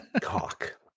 cock